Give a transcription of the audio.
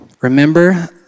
remember